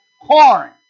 corn